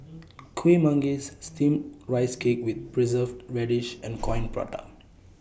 Kuih Manggis Steamed Rice Cake with Preserved Radish and Coin Prata